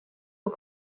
aux